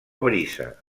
brisa